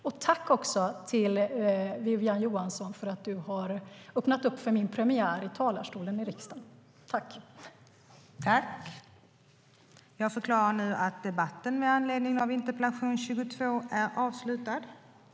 Jag tackar Wiwi-Anne Johansson för att hon har öppnat upp för min premiär i talarstolen i riksdagen.